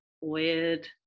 weird